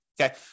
Okay